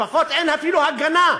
לפחות, אין אפילו הגנה,